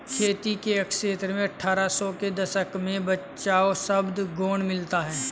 खेती के क्षेत्र में अट्ठारह सौ के दशक में बचाव शब्द गौण मिलता है